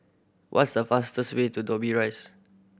what's the fastest way to Dobbie Rise